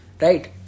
Right